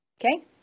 Okay